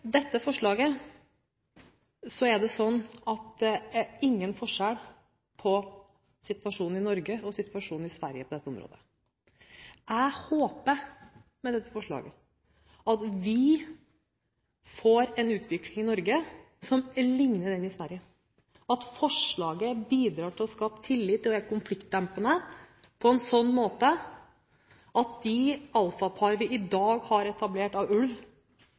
dette forslaget blir det ikke noen forskjell på situasjonen i Norge og Sverige på dette området. Jeg håper med dette forslaget at vi får en utvikling i Norge som likner den i Sverige, og at forslaget bidrar til å skape tillit og er konfliktdempende på en slik måte at de alfapar vi i dag har etablert av ulv